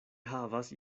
havas